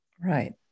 Right